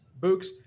books